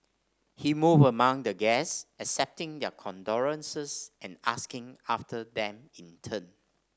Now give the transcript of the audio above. he moved among the guests accepting their condolences and asking after them in turn